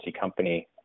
company